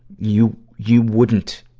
you, you wouldn't,